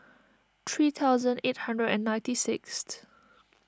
three thousand eight hundred and ninety sixth